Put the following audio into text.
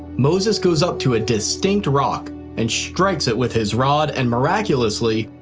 moses goes up to a distinct rock and strikes it with his rod, and miraculously,